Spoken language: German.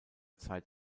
zeit